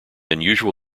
unusual